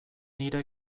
nire